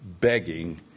begging